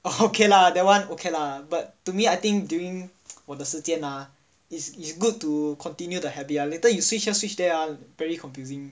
okay lah that one okay lah but to me I think during 我的时间 ah is is good to continue the habit ah later you switch here switch there ah very confusing